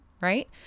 right